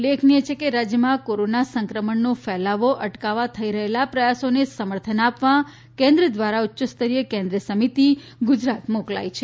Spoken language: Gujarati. ઉલ્લેખનીય છે કે રાજ્યમાં કોરોના સંક્રમણનો ફેલાવો અટકાવવા થઇ રહેલા પ્રયાસોને સમર્થન આપવા કેન્દ્ર દ્વારા ઉચ્યસ્તરીય કેન્દ્રિય સમિતિ ગુજરાત મોકલાઇ છે